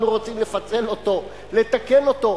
אנחנו רוצים לפצל אותו, לתקן אותו,